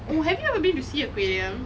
oh have you ever been to sea aquarium